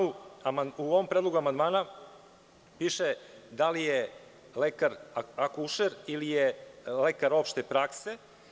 U ovom predlogu amandmana piše da li je lekar akušer ili je lekar opšte prakse.